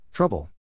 Trouble